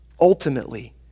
ultimately